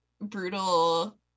brutal